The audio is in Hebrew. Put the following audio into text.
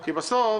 כי בסוף